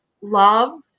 love